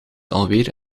alweer